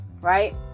right